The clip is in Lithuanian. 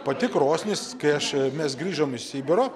pati krosnis kai aš mes grįžom iš sibiro